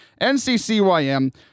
NCCYM